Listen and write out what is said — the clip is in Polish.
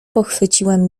pochwyciłem